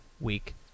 week